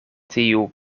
tiu